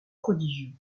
prodigieux